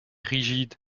rigide